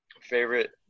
favorite